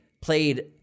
played